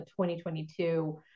2022